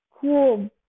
cool